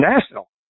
National